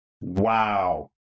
Wow